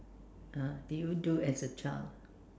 ah did you do as a child